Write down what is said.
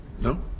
No